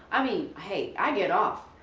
i mean hey i get off.